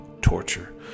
torture